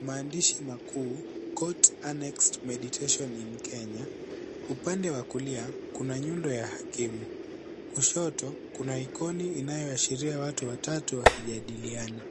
Maandishi makuu court annexed mediation in Kenya. Upande wa kulia kuna nyundo ya hakimu. Kushoto kuna ikoni inayoashiria watu watatu wakijadiliana.